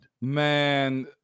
Man